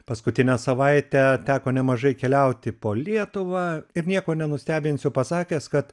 paskutinę savaitę teko nemažai keliauti po lietuvą ir nieko nenustebinsiu pasakęs kad